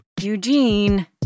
Eugene